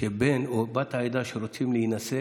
שבן או בת העדה שרוצים להינשא